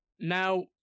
Now